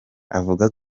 avuga